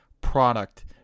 product